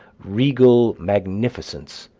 regal magnificence,